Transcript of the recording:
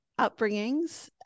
upbringings